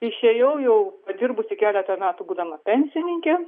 išėjau jau padirbusi keletą metų būdama pensininkė